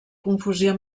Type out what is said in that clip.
confusió